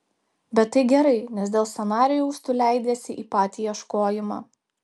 bet tai gerai nes dėl scenarijaus tu leidiesi į patį ieškojimą